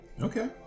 Okay